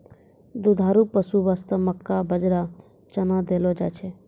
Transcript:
दुधारू पशु वास्तॅ मक्का, बाजरा, चना देलो जाय छै